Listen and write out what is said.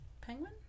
Penguin